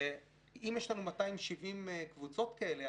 ואם יש לנו 270 קבוצות כאלה,